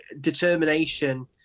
determination